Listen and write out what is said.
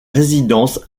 résidences